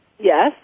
yes